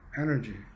energy